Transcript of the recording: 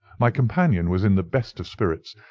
my companion was in the best of spirits,